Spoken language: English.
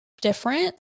different